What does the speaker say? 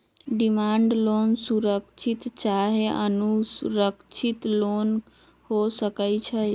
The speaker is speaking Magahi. डिमांड लोन सुरक्षित चाहे असुरक्षित लोन हो सकइ छै